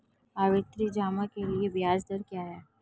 आवर्ती जमा के लिए ब्याज दर क्या है?